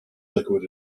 liquid